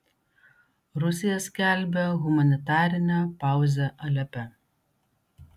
rusija skelbia humanitarinę pauzę alepe